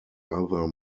other